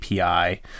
API